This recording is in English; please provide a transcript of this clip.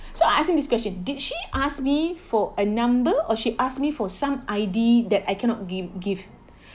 so I asked him this question did she ask me for a number or she asked me for some I_D that I cannot give give